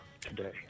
today